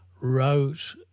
wrote